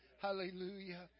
Hallelujah